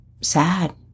sad